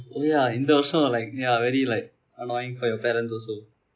oh yeah இந்த வரிடம்:intha varidam like ya very like annoying for your parents also